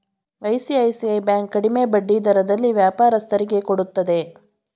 ICICI bank ಕಡಿಮೆ ಬಡ್ಡಿ ದರದಲ್ಲಿ ವ್ಯಾಪಾರಸ್ಥರಿಗೆ ಕೊಡುತ್ತದೆ